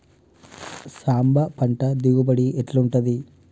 సాంబ పంట దిగుబడి ఎట్లుంటది?